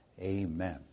amen